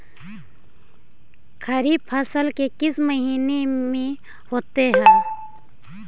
खरिफ फसल किस महीने में होते हैं?